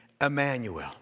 Emmanuel